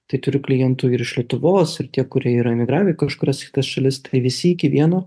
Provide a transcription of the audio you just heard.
tai turiu klientų ir iš lietuvos ir tie kurie yra emigravę į kažkuris kitas šalis tai visi iki vieno